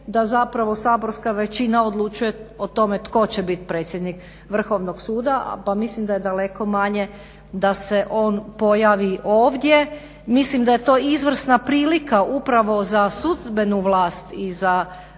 od te da saborska većina odlučuje o tome tko će biti predsjednik Vrhovnog suda, pa mislim da je daleko manje da se on pojavi ovdje. Mislim daje to izvrsna prilika upravo za sudbenu vlast i za